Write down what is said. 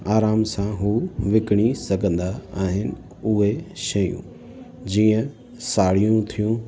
आराम सां हू विकिणी सघंदा आहिनि उहे शयूं जीअं साड़ियूं थियूं